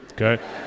okay